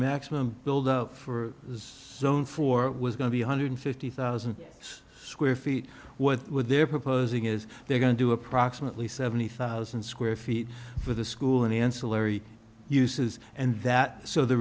maximum builder for zone four was going to be one hundred and fifty thousand square feet what they're proposing is they're going to do approximately seventy thousand square feet for the school and ancillary uses and that so the